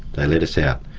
they let us out.